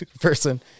person